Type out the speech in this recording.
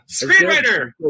screenwriter